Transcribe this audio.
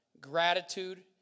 Gratitude